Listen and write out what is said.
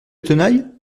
tenaille